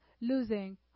losing